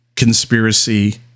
conspiracy